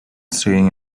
staying